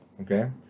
okay